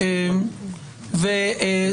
כבודה.